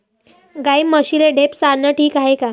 गाई म्हशीले ढेप चारनं ठीक हाये का?